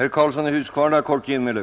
det från.